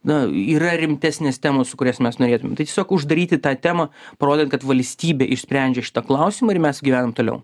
na yra rimtesnės temos su kurias mes norėtumėm tai tiesiog uždaryti tą temą parodant kad valstybė išsprendžia šitą klausimą ir mes gyvenam toliau